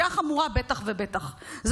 בטח ובטח פשיעה חמורה,